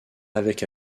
avec